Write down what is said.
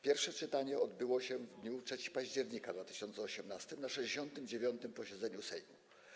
Pierwsze czytanie odbyło się w dniu 3 października 2018 r. na 69. posiedzeniu Sejmu.